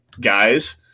guys